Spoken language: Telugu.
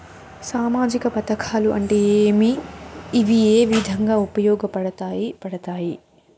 సామాజిక పథకాలు అంటే ఏమి? ఇవి ఏ విధంగా ఉపయోగపడతాయి పడతాయి?